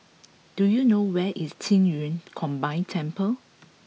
do you know where is Qing Yun Combined Temple